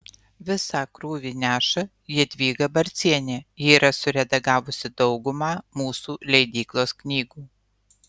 visą krūvį neša jadvyga barcienė ji yra suredagavusi daugumą mūsų leidyklos knygų